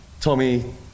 Tommy